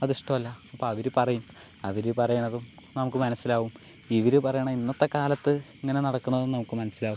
അത് ഇഷ്ടമല്ല അപ്പം അവർ പറയും അവർ പറയണതും നമുക്ക് മനസ്സിലാവും ഇവർ പറയണത് ഇന്നത്തെ കാലത്ത് ഇങ്ങനെ നടക്കണമെന്ന് നമുക്ക് മനസ്സിലാവും